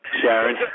Sharon